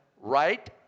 right